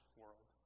world